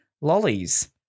lollies